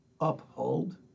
Uphold